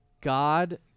God